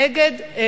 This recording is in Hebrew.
נגד,